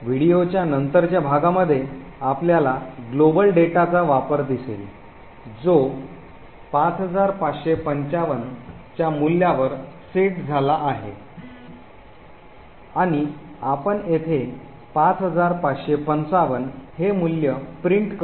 व्हिडीओच्या नंतरच्या भागामध्ये आपल्याला या global डेटाचा वापर दिसेल जो 5555 च्या मूल्यावर सेट झाला आहे आणि आपण येथे 5555 हे मूल्य प्रिंट करू